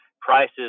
prices